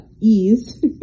ease